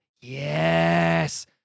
yes